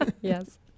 yes